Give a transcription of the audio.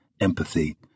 empathy